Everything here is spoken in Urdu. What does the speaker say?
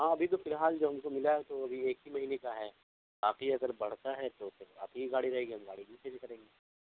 ہاں ابھی تو فی الحال جو ہم کو ملا ہے تو وہ ابھی ایک ہی مہینہ کا ہے باقی اگر بڑھتا ہے تو پھر آپ ہی کی گاڑی رہے گی ہم گاڑی نہیں چینج کریں گے